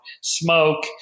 smoke